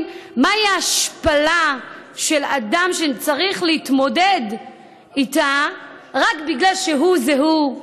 מהי ההשפלה של אדם שצריך להתמודד איתה רק בגלל שהוא זה הוא,